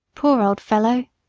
poor old fellow!